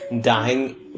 dying